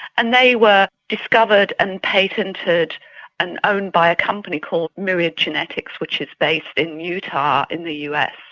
and they were discovered and patented and owned by a company called myriad genetics which is based in utah in the us.